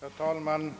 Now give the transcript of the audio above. Herr talman!